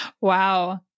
Wow